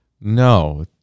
no